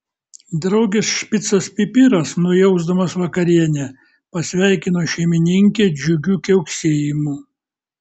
draugės špicas pipiras nujausdamas vakarienę pasveikino šeimininkę džiugiu kiauksėjimu